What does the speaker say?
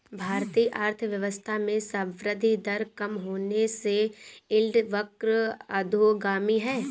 भारतीय अर्थव्यवस्था में संवृद्धि दर कम होने से यील्ड वक्र अधोगामी है